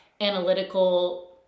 analytical